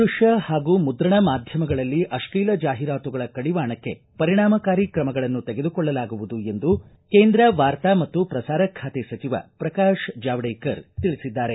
ದೃಕ್ಕ ಹಾಗೂ ಮುದ್ರಣ ಮಾಧ್ಯಮಗಳಲ್ಲಿ ಅಶ್ಲೀಲ ಜಾಹಿರಾತುಗಳ ಕಡಿವಾಣಕ್ಕೆ ಪರಿಣಾಮಕಾರಿ ಕ್ರಮಗಳನ್ನು ತೆಗೆದುಕೊಳ್ಳಲಾಗುವುದು ಎಂದು ಕೇಂದ್ರ ವಾರ್ತಾ ಮತ್ತು ಪ್ರಸಾರ ಖಾತೆ ಸಚಿವ ಪ್ರಕಾಶ ಜಾವ್ದೇಕರ್ ತಿಳಿಸಿದ್ದಾರೆ